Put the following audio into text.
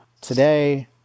Today